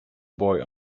boy